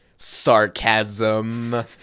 sarcasm